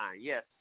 Yes